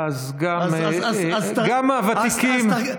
אז גם הוותיקים,